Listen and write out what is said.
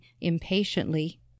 impatiently